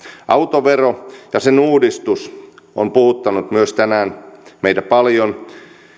autovero ja sen uudistus on puhuttanut myös tänään meitä paljon